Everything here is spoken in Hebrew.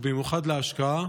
ובמיוחד בהשקעה,